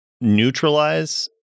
neutralize